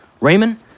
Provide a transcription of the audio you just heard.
Raymond